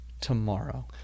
tomorrow